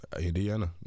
Indiana